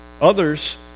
Others